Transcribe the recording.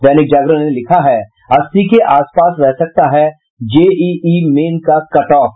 दैनिक जागरण ने लिखा है अस्सी के आस पास रह सकता है जेईई मेन का कटऑफ